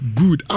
good